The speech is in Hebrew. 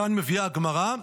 כאן מביאה הגמרא,